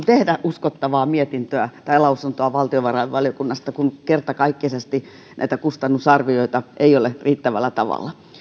tehdä uskottavaa lausuntoa valtiovarainvaliokunnasta kun kertakaikkisesti näitä kustannusarvioita ei ole riittävällä tavalla